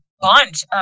bunch